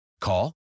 Call